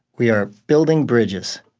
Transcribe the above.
we are building bridges,